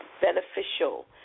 beneficial